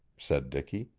said dicky.